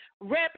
rep